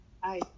Hi